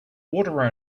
water